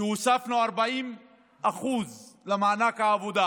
שהוספנו 40% למענק העבודה,